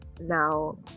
now